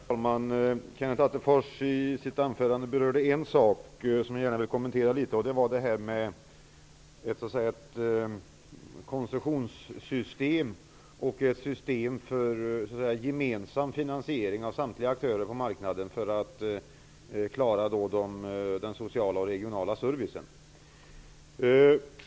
Herr talman! Kenneth Attefors berörde i sitt anförande en sak som jag gärna vill kommentera. Det gäller ett system för gemensam finansiering av samtliga aktörer på marknaden för att klara den sociala och regionala servicen.